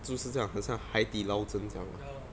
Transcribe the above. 就是这样很像海底捞针这样